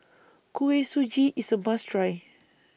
Kuih Suji IS A must Try